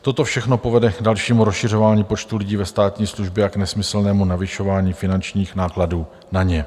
Toto všechno povede k dalšímu rozšiřování počtu lidí ve státní službě a k nesmyslnému navyšování finančních nákladů na ně.